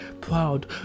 proud